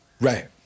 Right